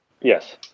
Yes